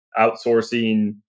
outsourcing